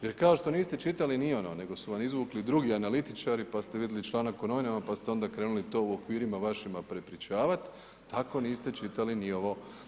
Jer kao što niste čitali ni ono, nego su vam izvukli drugi analitičari pa ste vidli članak u novinama, pa ste onda krenuli to u okvirima vašima prepričavat, tako niste čitali ni ovo.